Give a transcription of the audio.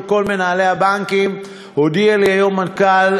כל מנהלי הבנקים הודיע לי היום המנכ"ל,